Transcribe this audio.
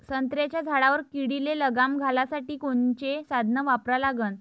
संत्र्याच्या झाडावर किडीले लगाम घालासाठी कोनचे साधनं वापरा लागन?